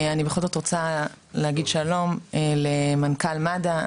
אני בכל זאת רוצה להגיד שלום למנכ"ל מד"א,